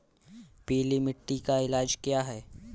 पीली मिट्टी का इलाज क्या है?